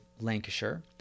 Lancashire